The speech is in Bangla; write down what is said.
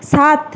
সাত